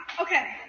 Okay